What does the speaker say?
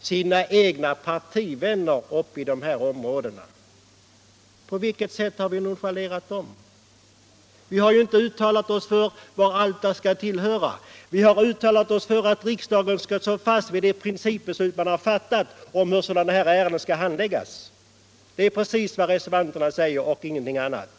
sina egna partivänner uppe i de här områdena. På vilket sätt har vi nonchalerat dem? Vi har ju inte uttalat oss om vart Alfta skall höra. Vi har uttalat oss för att riksdagen skall stå fast vid det principbeslut den fattade om hur sådana ärenden skall handläggas. Det är vad reservanterna säger och ingenting annat.